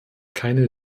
keine